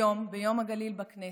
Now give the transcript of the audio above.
היום, ביום הגליל בכנסת,